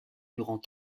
durant